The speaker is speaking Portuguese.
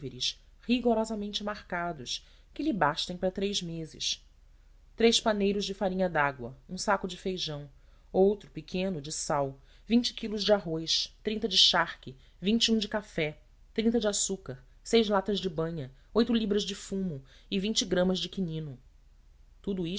e víveres rigorosamente marcados que lhe bastem para três meses paneiros de farinha dágua um saco de feijão outro pequeno de sal quilos de arroz de charque de café de açúcar latas de banha libras de fumo e gramas de quinino tudo